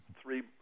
three